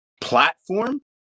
platform